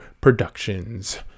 productions